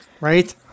right